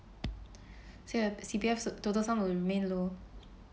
so your C_P_F total sum will remain low